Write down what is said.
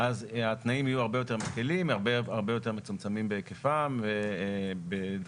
התנאים יהיו הרבה יותר מקלים והרבה יותר מצומצמים בהיקפם ובדרישותיהם.